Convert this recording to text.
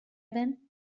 then